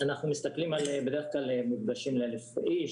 אנחנו מסתכלים בדרך כלל על מפגשים ל-1,000 איש,